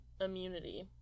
immunity